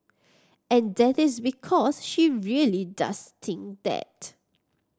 and that is because she really does think that